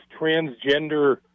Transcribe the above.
transgender